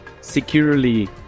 securely